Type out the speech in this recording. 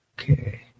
Okay